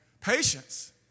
Patience